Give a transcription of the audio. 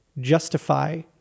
justify